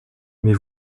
mais